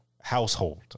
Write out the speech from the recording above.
household